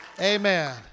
amen